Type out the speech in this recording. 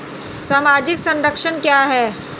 सामाजिक संरक्षण क्या है?